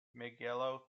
miguel